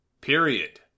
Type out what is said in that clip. Period